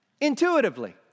Intuitively